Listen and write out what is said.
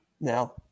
now